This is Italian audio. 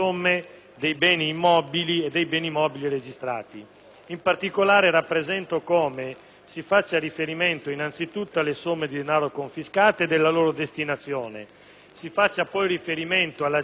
In particolare, rappresento come si faccia riferimento innanzitutto alle somme di denaro confiscate ed alla loro destinazione e poi alla gestione ed alla destinazione dei beni immobili